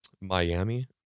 Miami